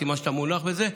סימן שאתה מונח בזה,